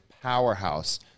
powerhouse